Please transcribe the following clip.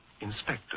Inspector